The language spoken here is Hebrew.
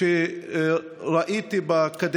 חברת הכנסת גולן,